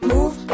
Move